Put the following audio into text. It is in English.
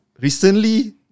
recently